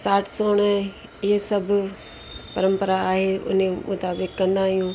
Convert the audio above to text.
साठ सोण इहे सभु परंपरा आहे उन्हीअ मुताबिक कंदा आहियूं